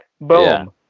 Boom